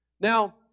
Now